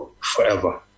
forever